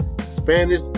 Spanish